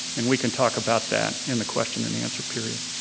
and we can talk about that in the question and answer period.